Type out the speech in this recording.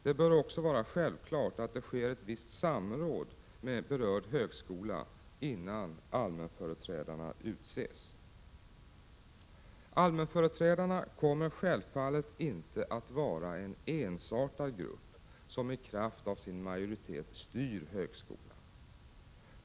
Det bör också vara självklart att det sker ett visst samråd med berörd högskola, innan allmänföreträdarna utses. Allmänföreträdarna kommer självfallet inte att vara en ensartad grupp som i kraft av sin majoritet styr högskolan.